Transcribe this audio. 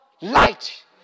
light